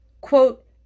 Quote